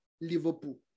Liverpool